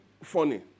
funny